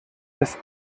des